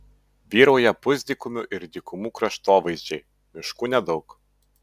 vyrauja pusdykumių ir dykumų kraštovaizdžiai miškų nedaug